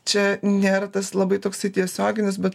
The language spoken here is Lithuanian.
čia nėr labai toksai tiesioginis bet